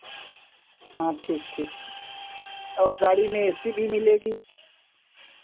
हाँ ठीक ठीक और गाड़ी में ए सी भी मिलेगी